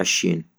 وعشين